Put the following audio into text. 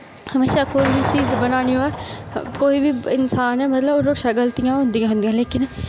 हमेशां कोई बी चीज बनानी होऐ कोई बी इंसान ऐ मतलब ओह्दे शा गलतियां होंदियां लेकिन